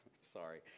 Sorry